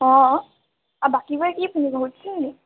অঁ অঁ অঁ বাকীবাৰে কি পিন্ধিব